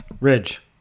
Ridge